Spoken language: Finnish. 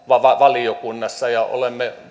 valiokunnassa ja olemme